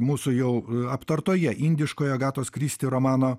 mūsų jau aptartoje indiškoj agatos kristi romano